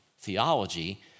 theology